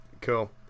Cool